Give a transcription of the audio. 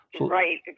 Right